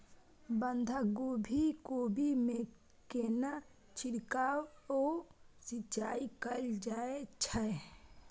बंधागोभी कोबी मे केना छिरकाव व सिंचाई कैल जाय छै?